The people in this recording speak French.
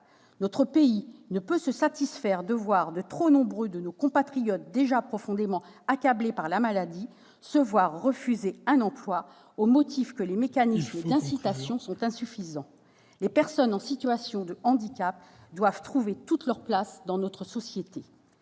Notre pays ne peut se satisfaire qu'un trop grand nombre de nos compatriotes, déjà profondément accablés par la maladie, se voient refuser un emploi au motif que les mécanismes d'incitation sont insuffisants. Veuillez conclure, ma chère collègue. Les personnes en situation de handicap doivent trouver toute leur place dans notre société.